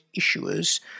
issuers